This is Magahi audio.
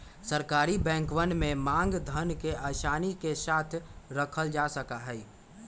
सरकारी बैंकवन में मांग धन के आसानी के साथ रखल जा सका हई